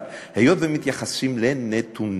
אבל היות שמתייחסים לנתונים,